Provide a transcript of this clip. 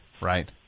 right